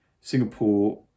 Singapore